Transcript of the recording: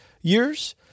years